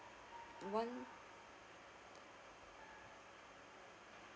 one